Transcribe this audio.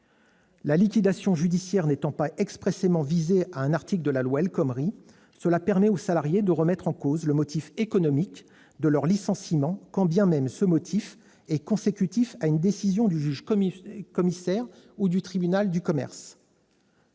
La liquidation judiciaire n'étant pas expressément visée par un article de la loi El Khomri, cela permet aux salariés de remettre en cause le motif économique de leur licenciement, quand bien même ce motif est lié à une décision du juge-commissaire ou du tribunal de commerce.